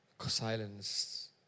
Silence